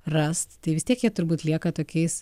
rast tai vis tiek jie turbūt lieka tokiais